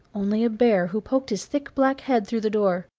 only a bear, who poked his thick black head through the door.